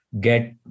get